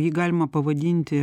jį galima pavadinti